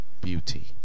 beauty